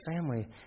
family